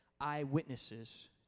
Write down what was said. eyewitnesses